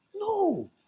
No